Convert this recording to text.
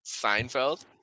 seinfeld